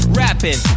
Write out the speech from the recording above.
rapping